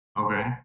Okay